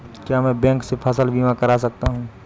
क्या मैं बैंक से फसल बीमा करा सकता हूँ?